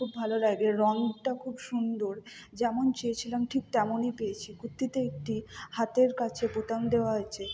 খুব ভালো লাগে রঙটা খুব সুন্দর যেমন চেয়েছিলাম ঠিক তেমনই পেয়েছি কুর্তিতে একটি হাতের কাছে বোতাম দেওয়া আছে